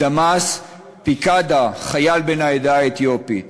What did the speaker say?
דמאס פיקדה, חייל בן העדה האתיופית.